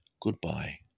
goodbye